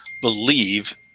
believe